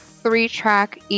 three-track